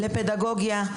לפדגוגיה,